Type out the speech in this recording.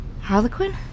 Harlequin